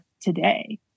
today